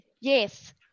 Yes